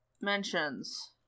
mentions